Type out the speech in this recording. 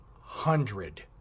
hundred